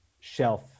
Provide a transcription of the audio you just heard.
shelf